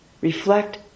Reflect